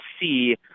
see